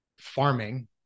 farming